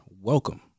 welcome